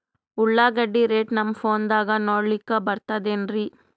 ಉಳ್ಳಾಗಡ್ಡಿ ರೇಟ್ ನಮ್ ಫೋನದಾಗ ನೋಡಕೊಲಿಕ ಬರತದೆನ್ರಿ?